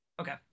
Okay